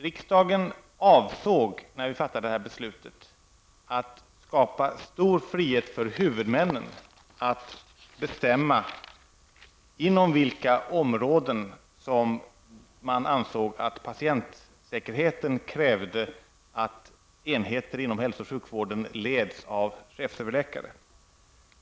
Riksdagen avsåg med detta beslut att skapa stor frihet för huvudmännen att bestämma inom vilka områden som man ansåg att patientsäkerheten krävde att enheter inom hälso och sjukvården leddes av chefsöverläkare.